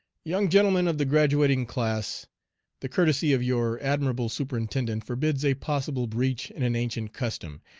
young gentlemen of the graduating class the courtesy of your admirable superintendent forbids a possible breach in an ancient custom,